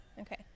Okay